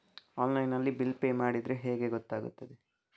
Online ನಲ್ಲಿ bill pay ಮಾಡಿದ್ರೆ ಹೇಗೆ ಗೊತ್ತಾಗುತ್ತದೆ?